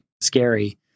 scary